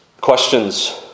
Questions